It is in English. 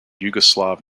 yugoslav